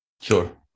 Sure